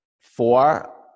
four